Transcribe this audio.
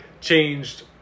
changed